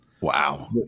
Wow